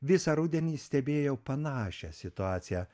visą rudenį stebėjau panašią situaciją